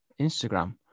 instagram